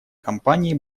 компании